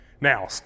Now